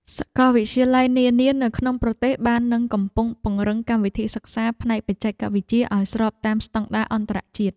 សាកលវិទ្យាល័យនានានៅក្នុងប្រទេសបាននឹងកំពុងពង្រឹងកម្មវិធីសិក្សាផ្នែកបច្ចេកវិទ្យាឱ្យស្របតាមស្តង់ដារអន្តរជាតិ។